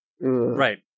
Right